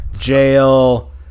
jail